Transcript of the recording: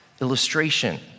illustration